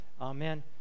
Amen